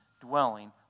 dwelling